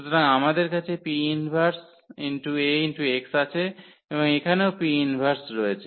সুতরাং আমাদের কাছে 𝑃−1 Ax আছে এবং এখানেও 𝑃−1 রয়েছে